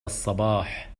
الصباح